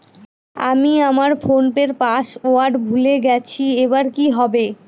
আমি আমার ফোনপের পাসওয়ার্ড ভুলে গেছি এবার কি হবে?